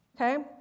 okay